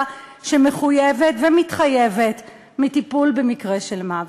שמחויבת ומתחייבת בטיפול במקרה של מוות.